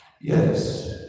Yes